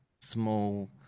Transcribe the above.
small